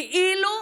כאילו,